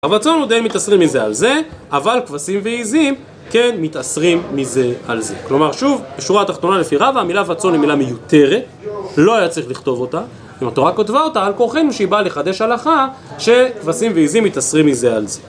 וצאן הוא דאין מתעשרין מזה על זה, אבל כבשים ועזים כן מתעשרין מזה על זה. כלומר, שוב, בשורה התחתונה לפי רבה, המילה והצאן היא מילה מיותרת, לא היה צריך לכתוב אותה. אם התורה כותבה אותה, על כורחנו שהיא באה לחדש הלכה, שכבשים ועזים מתעשרין מזה על זה.